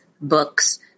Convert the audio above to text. books